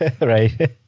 Right